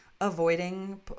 avoiding